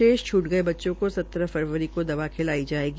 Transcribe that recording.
शेष छूट गये बच्चों को संत्रह फरवरी को दवा खिलाई जायेगी